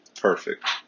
Perfect